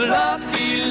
lucky